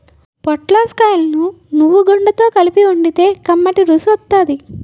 పొటల్స్ కాయలను నువ్వుగుండతో కలిపి వండితే కమ్మటి రుసి వత్తాది